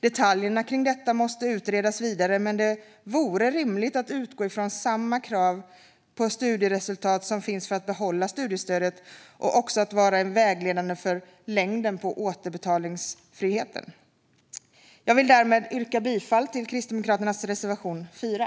Detaljerna kring detta måste utredas vidare, men det vore rimligt att utgå från att samma krav på studieresultat som finns för att få behålla studiestödet också ska vara vägledande för längden på återbetalningsfriheten. Jag yrkar bifall till Kristdemokraternas reservation 4.